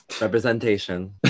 Representation